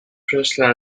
presley